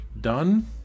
Done